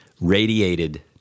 radiated